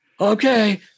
Okay